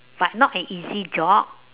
but not an easy job